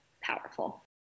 powerful